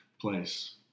place